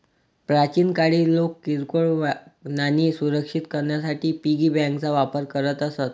प्राचीन काळी लोक किरकोळ नाणी सुरक्षित करण्यासाठी पिगी बँकांचा वापर करत असत